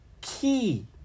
key